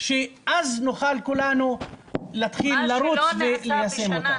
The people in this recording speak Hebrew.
שאז נוכל כולנו להתחיל לרוץ וליישם אותה.